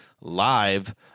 live